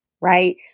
right